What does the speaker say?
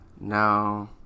No